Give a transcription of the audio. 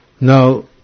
Now